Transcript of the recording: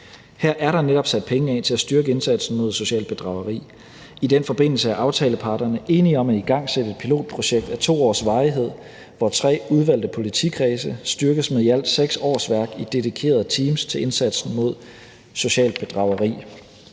Her er der netop sat penge af til at styrke indsatsen mod socialt bedrageri. I den forbindelse er aftaleparterne enige om at igangsætte et pilotprojekt af 2 års varighed, hvor tre udvalgte politikredse styrkes med i alt seks årsværk i dedikerede teams til indsatsen mod socialt bedrageri.